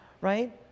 right